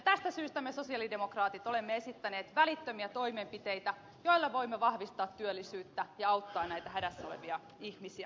tästä syystä me sosialidemokraatit olemme esittäneet välittömiä toimenpiteitä joilla voimme vahvistaa työllisyyttä ja auttaa näitä hädässä olevia ihmisiä